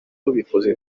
ubikoze